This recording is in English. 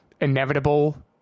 inevitable